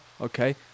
okay